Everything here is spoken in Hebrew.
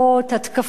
התקפות,